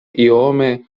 iome